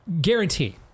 guarantee